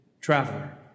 traveler